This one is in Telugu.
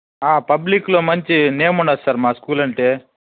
పబ్లిక్లో మంచి నేమ్ ఉంది సార్ మా స్కూల్ అంటే